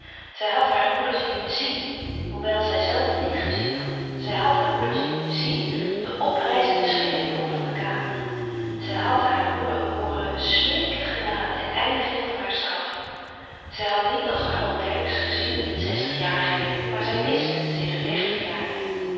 zij had hare moeder zien zièn hoewel zijzelve niet gezien had zij had hare moeder zien zièn de oprijzende schim in den hoek van de kamer zij had hare moeder horen smeeken genade en eindiging van haar straf zij had niet als harold dercksz gezien zestig jaren geleden maar zij wist sedert dertig jaren